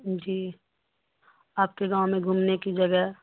جی آپ کے گاؤں میں گھومنے کی گرہ